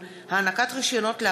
סחר,